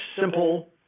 simple